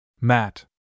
Matt